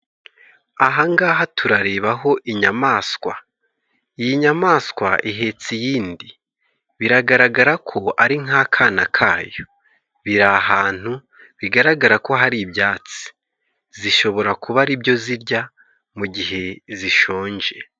Ahangaha turarebaho inyamaswa. Iyi nyamaswa ihetse iyindi. Biragaragara ko ari nk'akana kayo. Biri ahantu bigaragara ko hari ibyatsi. Zishobora kuba ari byo zirya mu gihe zishonje.